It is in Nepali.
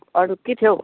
अरू के थियो हौ